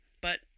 but-